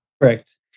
Correct